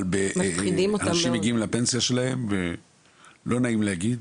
אבל אנשים מגיעים לפנסיה שלהם, ולא נעים להגיד,